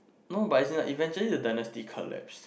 no but is in like eventually the dynasty collapse